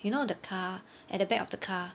you know the car at the back of the car